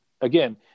again